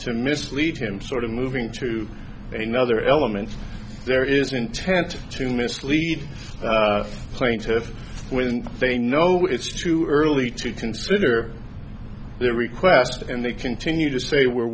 to mislead him sort of moving to another element there is an intent to mislead plaintiffs when fein know it's too early to consider their request and they continue to say we're